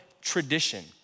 tradition